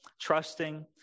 trusting